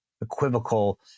equivocal